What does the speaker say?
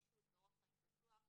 נגישות ואורח חיים בטוח.